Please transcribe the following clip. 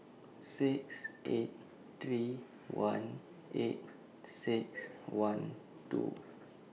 six eight three one eight six one two